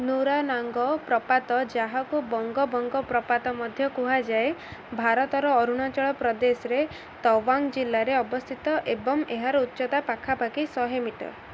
ନୁରାନାଙ୍ଗ ପ୍ରପାତ ଯାହାକୁ ବଙ୍ଗ ବଙ୍ଗ ପ୍ରପାତ ମଧ୍ୟ କୁହାଯାଏ ଭାରତର ଅରୁଣାଚଳ ପ୍ରଦେଶର ତୱାଙ୍ଗ ଜିଲ୍ଲାରେ ଅବସ୍ଥିତ ଏବଂ ଏହାର ଉଚ୍ଚତା ପାଖାପାଖି ଶହେ ମିଟର